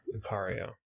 lucario